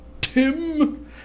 Tim